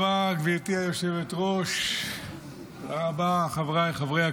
מטילות סנקציות על אזרחים